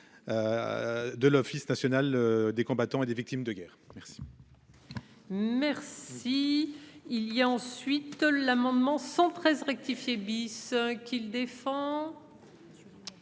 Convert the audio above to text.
De l'Office national des combattants et des victimes de guerre. Merci.